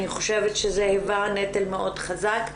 אני חושבת שזה היווה נטל מאוד חזק,